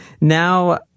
now